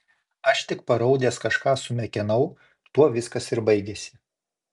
aš tik paraudęs kažką sumekenau tuo viskas ir baigėsi